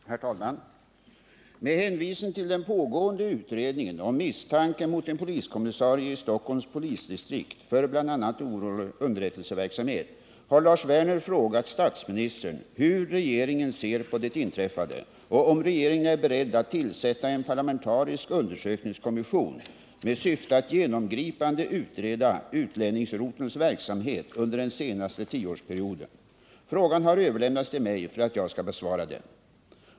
Herr talman! Med hänvisning till den pågående utredningen om misstanke mot en kriminalkommissarie i Stockholms polisdistrikt för bl.a. olovlig underrättelseverksamhet har Lars Werner frågat statsministern hur regeringen ser på det inträffade och om regeringen är beredd att tillsätta en parlamentarisk undersökningskommission med syfte att genomgripande utreda utlänningsrotelns verksamhet under den senaste tioårsperioden. Frågan har överlämnats till mig för att jag skall besvara den.